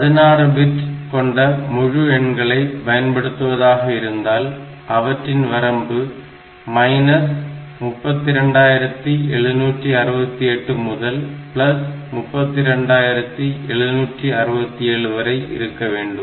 16 bit கொண்ட முழு எண்களை பயன்படுத்துவதாக இருந்தால் அவற்றின் வரம்பு 32768 முதல் 32767 வரை இருக்க வேண்டும்